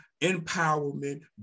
empowerment